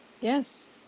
yes